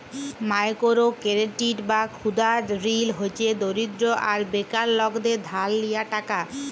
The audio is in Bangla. মাইকোরো কেরডিট বা ক্ষুদা ঋল হছে দরিদ্র আর বেকার লকদের ধার লিয়া টাকা